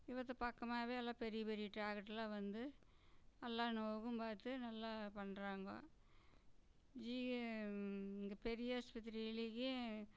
இவத்த பக்கமாகவே நல்ல பெரிய பெரிய டாக்ட்ருல்லாம் வந்து எல்லா நோயும் பார்த்து நல்லா பண்ணுறாங்கோ ஜி பெரிய ஆஸ்பத்திரியிலேயும்